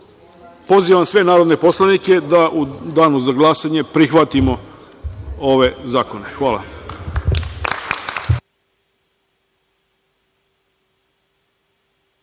pozivam sve narodne poslanike da u danu za glasanje prihvatimo ove zakone. Hvala